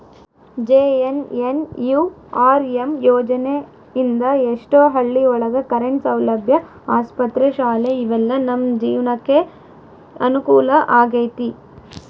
JNNURM ಯೋಜನೆ ಇಂದ ಎಷ್ಟೋ ಹಳ್ಳಿ ಒಳಗ ಕರೆಂಟ್ ಸೌಲಭ್ಯ ಆಸ್ಪತ್ರೆ ಶಾಲೆ ಇವೆಲ್ಲ ನಮ್ ಜೀವ್ನಕೆ ಅನುಕೂಲ ಆಗೈತಿ